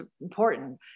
important